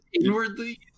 inwardly